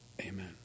Amen